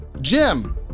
Jim